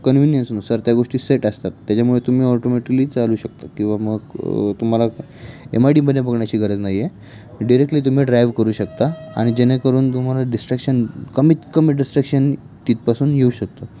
कन्विनियन्सनुसार त्या गोष्टी सेट असतात त्याच्यामुळे तुम्ही ऑटोमॅटिकली चालू शकता किंवा मग तुम्हाला एम आय डीमध्ये बघण्याची गरज नाही आहे डिरेक्टली तुम्ही ड्राईव्ह करू शकता आणि जेणेकरून तुम्हाला डिस्ट्रॅक्शन कमीत कमी डिस्ट्रॅक्शन तिथपासून येऊ शकतं